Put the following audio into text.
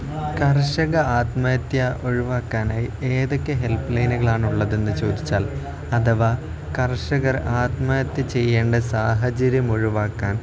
കർഷക ആത്മഹത്യ ഒഴിവാക്കാനായി ഏതൊക്കെ ഹെൽപ്ലൈനുകളാണ് ഉള്ളതെന്ന് ചോദിച്ചാൽ അഥവാ കർഷകർ ആത്മഹത്യ ചെയ്യേണ്ട സാഹചര്യം ഒഴിവാക്കാൻ